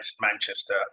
Manchester